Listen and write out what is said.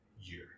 year